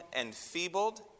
enfeebled